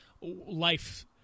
life-